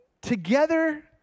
together